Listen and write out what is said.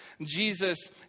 Jesus